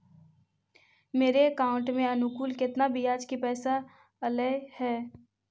मेरे अकाउंट में अनुकुल केतना बियाज के पैसा अलैयहे?